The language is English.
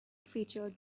featured